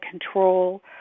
control